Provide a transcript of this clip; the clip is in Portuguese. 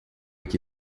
que